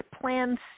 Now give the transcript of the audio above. Plan